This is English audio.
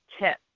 tip